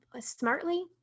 smartly